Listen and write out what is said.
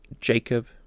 Jacob